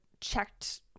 checked